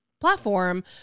platform